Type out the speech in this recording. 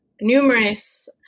numerous